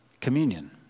communion